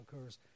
occurs